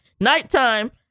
Nighttime